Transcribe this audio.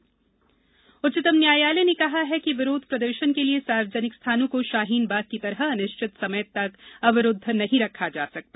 सुको शाहीनबाग उच्चतम न्यायालय ने कहा है कि विरोध प्रदर्शन के लिए सार्वजनिक स्थानों को शाहीन बाग की तरह अनिश्चित समय तक अवरूद्व नहीं रखा जा सकता